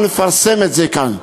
אנחנו נפרסם את זה כאן.